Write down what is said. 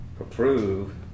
approve